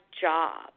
job